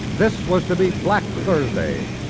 this was to be black thursday,